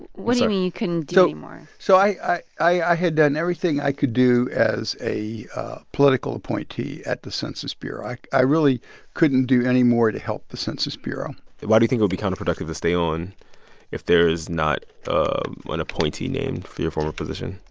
what do you mean you couldn't do any more? so i i had done everything i could do as a political appointee at the census bureau. i really couldn't do any more to help the census bureau why do you think it would be counterproductive to stay on if there is not ah an appointee named for your former position?